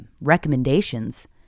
recommendations